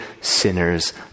sinners